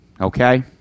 Okay